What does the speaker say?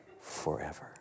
forever